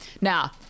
Now